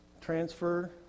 transfer